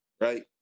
right